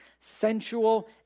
sensual